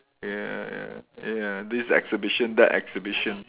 ya ya ya ya this exhibition that exhibition